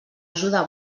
ajuda